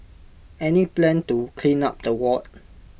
any plan to clean up the ward